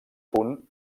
punt